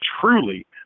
truly